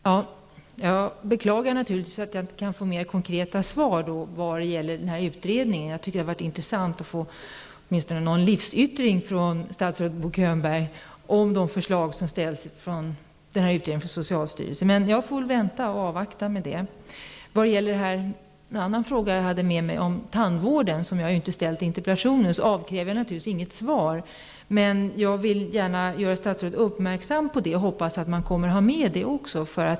Herr talman! Jag beklagar naturligtvis att jag inte kan få mer konkreta svar vad gäller utredningen. Det skulle vara intressant att åtminstone få en livsyttring från statsrådet Bo Könberg över de förslag som läggs fram i utredningen från socialstyrelsen. Jag får väl vänta på det. Beträffande frågan om tandvården som jag inte hade med i interpellationen, avkräver jag naturligtvis inget svar. Men jag vill gärna göra statsrådet uppmärksam på det och hoppas att det kommer att tas med.